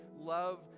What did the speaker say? love